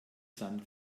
sand